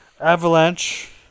avalanche